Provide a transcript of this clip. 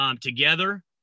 together